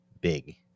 big